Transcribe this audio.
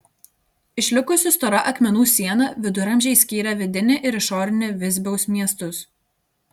išlikusi stora akmenų siena viduramžiais skyrė vidinį ir išorinį visbiaus miestus